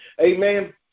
amen